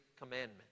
commandment